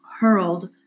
hurled